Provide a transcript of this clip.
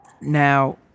now